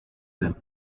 them